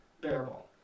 bearable